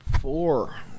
four